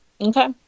Okay